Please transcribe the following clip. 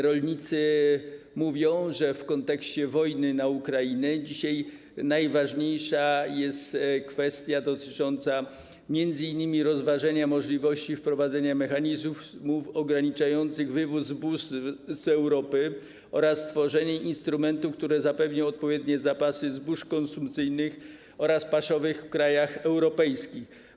Rolnicy mówią, że w kontekście wojny na Ukrainie dzisiaj najważniejsza jest kwestia dotycząca m.in. rozważenia możliwości wprowadzenia mechanizmów ograniczających wywóz zbóż z Europy oraz stworzenie instrumentów, które zapewnią odpowiednie zapasy zbóż konsumpcyjnych oraz paszowych w krajach europejskich.